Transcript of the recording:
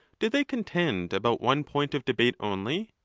do they contend about one point of debate only?